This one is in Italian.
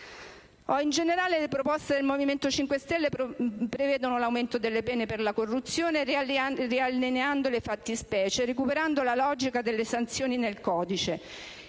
In generale, le proposte del Movimento 5 Stelle prevedono l'aumento delle pene per la corruzione, riallineando le fattispecie e recuperando la logica delle sanzioni nel codice,